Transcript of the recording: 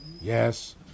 Yes